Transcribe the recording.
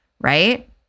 right